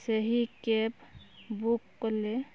ସେହି cab book କଲେ